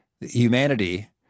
humanity